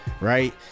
right